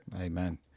amen